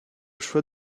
choix